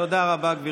תודה רבה, גברתי.